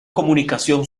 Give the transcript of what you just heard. comunicación